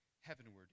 heavenward